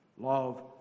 love